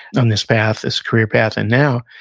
on this path, this career path, and now,